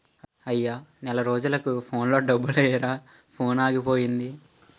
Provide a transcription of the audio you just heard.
అయ్యా నెల రోజులకు ఫోన్లో డబ్బులెయ్యిరా ఫోనాగిపోయింది